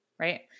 right